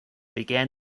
began